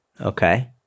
Okay